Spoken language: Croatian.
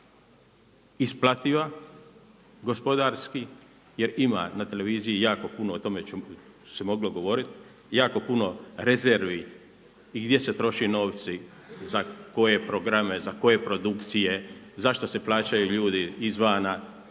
isplativa gospodarski jer ima na televiziji jako puno o tome se moglo govoriti, jako puno rezervi i gdje se troše novci, za koje programe, za koje produkcije, zašto se plaćaju ljudi izvana